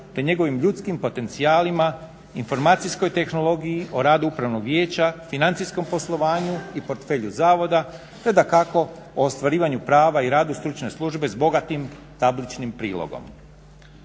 te njegovim ljudskim potencijalima, informacijskoj tehnologiji o radu upravnog vijeća, financijskom poslovanju i portfelju zavoda, te dakako o ostvarivanju prava i radu stručne službe s bogatim tabličnim prilogom.